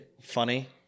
Funny